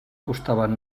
costaven